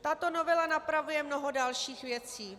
Tato novela napravuje mnoho dalších věcí.